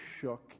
shook